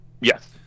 Yes